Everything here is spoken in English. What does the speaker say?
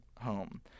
home